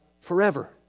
forever